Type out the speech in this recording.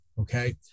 okay